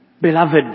Beloved